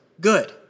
good